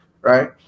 Right